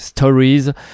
Stories